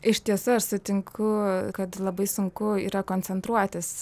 iš tiesų aš sutinku kad labai sunku yra koncentruotis